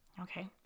Okay